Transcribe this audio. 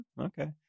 okay